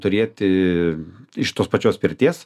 turėti iš tos pačios pirties